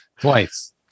twice